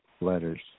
letters